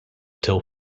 till